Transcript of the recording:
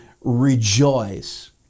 rejoice